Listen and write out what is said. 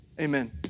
amen